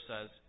says